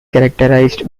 characterized